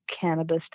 cannabis